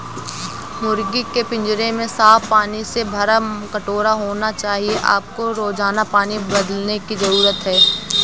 मुर्गी के पिंजरे में साफ पानी से भरा कटोरा होना चाहिए आपको रोजाना पानी बदलने की जरूरत है